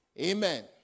Amen